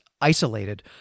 isolated